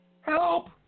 Help